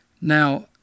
Now